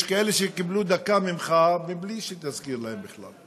יש כאלה שקיבלו דקה ממך מבלי שתזכיר להם בכלל.